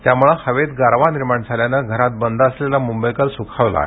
त्यामुळे हवेत गारवा निर्माण झाल्याने घरात बंद असलेला मुंबईकर सुखावला आहे